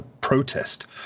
protest